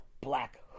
black